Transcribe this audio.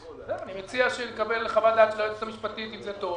אני מציע שנקבל חוות דעת של היועצת המשפטית אם זה טוב,